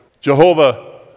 Jehovah